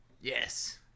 Yes